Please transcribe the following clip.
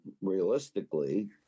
realistically